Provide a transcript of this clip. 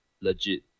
legit